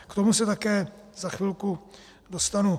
K tomu se také za chvilku dostanu.